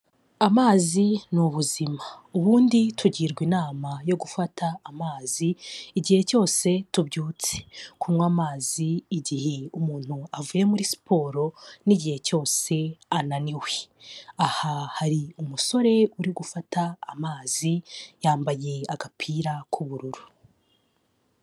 Amazi ni ubuzima. Ubundi tugirwa inama yo gufata amazi igihe cyose tubyutse. Kunywa amazi igihe umuntu avuye muri siporo n'igihe cyose ananiwe. Aha hari umusore uri gufata amazi, yambaye agapira k'ubururu.